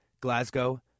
Glasgow